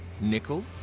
nickel